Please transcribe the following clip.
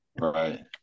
Right